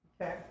Okay